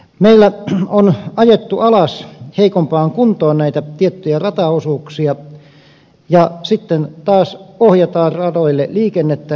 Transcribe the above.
meillä on ajettu alas heikompaan kuntoon näitä tiettyjä rataosuuksia ja sitten taas ohjataan radoille liikennettä niin että liikenne ruuhkautuu